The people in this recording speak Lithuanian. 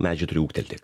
medžiai turi ūgtelti